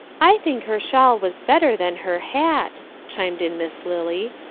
i think her shawl was better than her hat, chimed in miss lily.